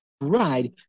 ride